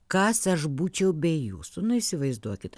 kas aš būčiau be jūsų nu įsivaizduokit